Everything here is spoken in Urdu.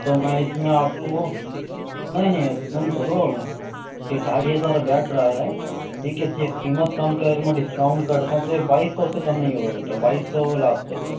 تو میں اِس میں آپ کو نہیں نہیں سُن تو لو یہ ڈھائی ہزار بیٹھ رہا ہے ٹھیک ہے اِس کی قیمت کم کر کے میں ڈسکاؤنٹ کرتا ہوں تو یہ بائیس سو سے کم نہیں ہوگا بیٹا بائیس سو لاسٹ ہے